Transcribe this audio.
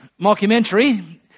Mockumentary